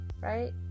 right